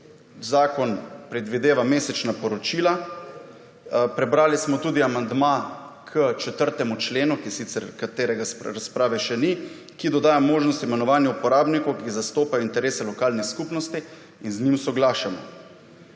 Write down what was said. zakon predvideva mesečna poročila. Prebrali smo tudi amandma k 4. členu, katere razprave še ni, ki dodaja možnost imenovanja uporabnikov, ki zastopa interese lokalnih skupnosti in z njim soglašamo.